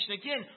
Again